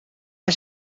hij